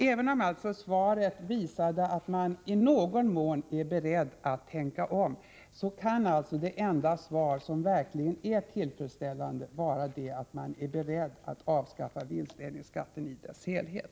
Även om svaret visade att man inom regeringen i någon mån är beredd att tänka om, vore det enda svar som kunde betraktas som tillfredsställande det, att man är beredd att avskaffa vinstdelningsskatten i dess helhet.